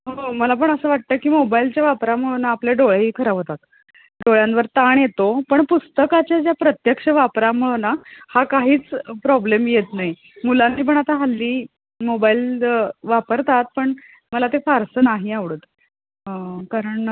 हो मला पण असं वाटतं की मोबाईलच्या वापरामुळं ना आपले डोळेही खराब होतात डोळ्यांवर ताण येतो पण पुस्तकाच्या ज्या प्रत्यक्ष वापरामुळे ना हा काहीच प्रॉब्लेम येत नाही मुलांनी पण आता हल्ली मोबाईल वापरतात पण मला ते फारसं नाही आवडत कारण